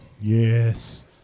Yes